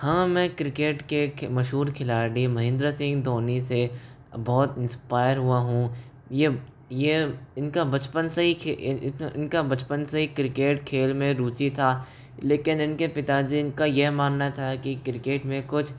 हाँ मैं क्रिकेट के मशहूर खिलाड़ी महेंद्र सिंह धोनी से बहुत इंस्पायर हुआ हूँ ये ये इनका बचपन से ही इनका बचपन से ही क्रिकेट खेल में रुचि था लेकिन इनके पिता जी का यह मानना था कि क्रिकेट में कुछ